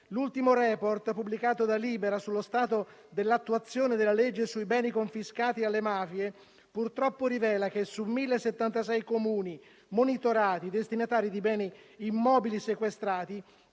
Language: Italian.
L'ultimo *report* pubblicato da Libera sullo stato dell'attuazione della legge sui beni confiscati alle mafie purtroppo rivela che, su 1.076 Comuni monitorati destinatari di beni immobili sequestrati,